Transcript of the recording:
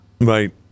Right